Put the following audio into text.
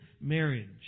marriage